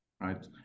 right